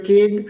King